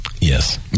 Yes